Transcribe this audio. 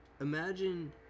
imagine